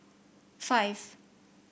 five